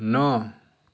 ন